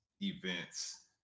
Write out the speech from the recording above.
events